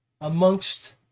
amongst